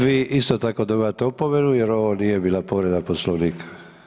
Vi isto tako dobivate opomenu jer ovo nije bila povreda Poslovnika.